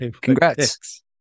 congrats